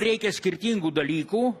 reikia skirtingų dalykų